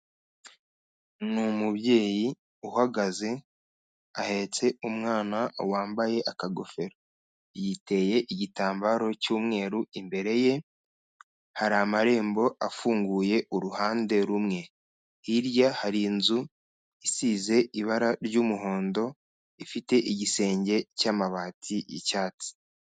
Ni umubyeyi uhagaze ahetse umwana wambaye akagofero, yiteye igitambaro cy'umweru imbere ye hari amarembo afunguye uruhande rumwe, hirya hari inzu isize ibara ry'umuhondo ifite igisenge cy'amabati y'icyatsi.